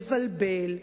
לבלבל.